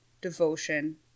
devotion